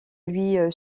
lui